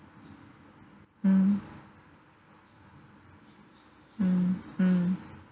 mm mm mm